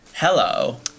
Hello